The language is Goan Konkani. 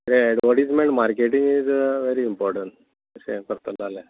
एडवटिजमॅण मार्केटींग वेरी इम्पॉटण अशें करता जाल्यार